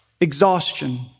exhaustion